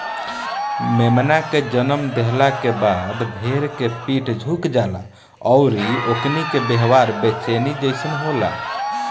मेमना के जनम देहला के बाद भेड़ के पीठ झुक जाला अउरी ओकनी के व्यवहार बेचैनी जइसन होला